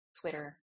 Twitter